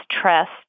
trust